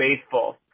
faithful